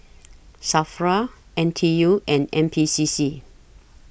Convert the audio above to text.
SAFRA N T U and N P C C